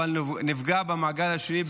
אבל הוא נפגע במעגל השני,